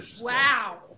Wow